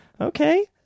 okay